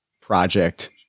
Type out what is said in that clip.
project